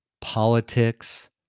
politics